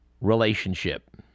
relationship